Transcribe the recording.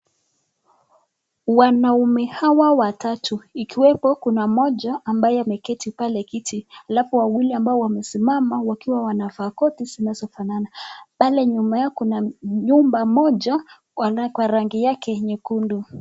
Wanaume hawa watatu ikiwepo kuna mmoja ambaye ameketi pale kiti alafu wawili ambao wamesimama wakiwa wanavaa koti zinazofanana. Pale nyuma yao kuna nyumba moja kwa rangi yake nyekundu.